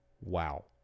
wow